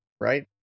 Right